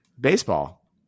Baseball